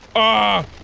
ah.